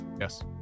Yes